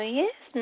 yes